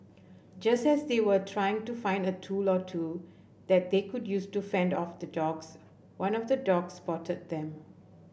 just as they were trying to find a tool or two that they could use to fend off the dogs one of the dogs spotted them